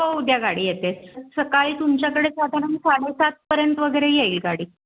हो उद्या गाडी येते सकाळी तुमच्याकडे साधारण साडे सातपर्यंत वगैरे येईल गाडी